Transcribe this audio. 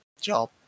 job